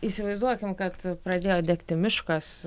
įsivaizduokim kad pradėjo degti miškas